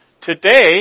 Today